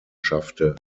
schaffte